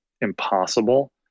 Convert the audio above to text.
impossible